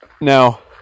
Now